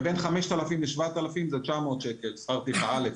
ובין 5,000 ל-7,000 זה 900 שקלים שכר טרחה.